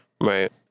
Right